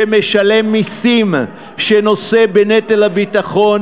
שמשלם מסים, שנושא בנטל הביטחון,